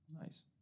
Nice